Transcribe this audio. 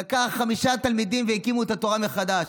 הוא לקח חמישה תלמידים והם הקימו את התורה מחדש.